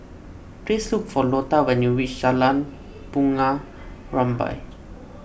please look for Lota when you reach Jalan Bunga Rampai